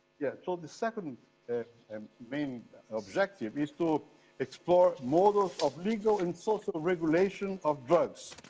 yeah so the second um main objective is to explore modes of of legal and social regulation of drugs,